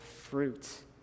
fruit